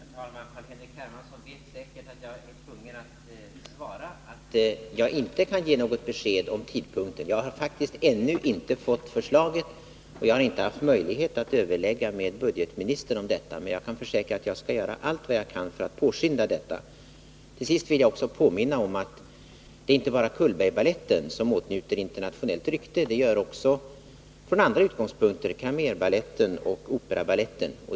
Herr talman! Carl-Henrik Hermansson vet säkert att jag är tvungen att svara att jag nu inte kan ge något besked om tidpunkten. Jag har faktiskt ännu inte fått förslaget, och jag har inte haft möjlighet att överlägga med budgetministern om detta. Jag kan försäkra att jag skall göra allt vad jag kan för att påskynda detta. Till sist vill jag också påminna om att det inte bara är Cullbergbaletten som åtnjuter internationellt rykte. Det gör också från andra utgångspunkter Cramérbaletten och Operabaletten.